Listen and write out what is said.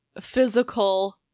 physical